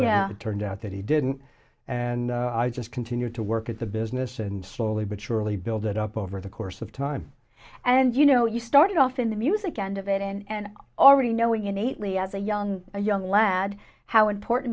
it turned out that he didn't and i just continued to work at the business and slowly but surely build it up over the course of time and you know you started off in the music end of it and already knowing innately as a young a young lad how important